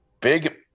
big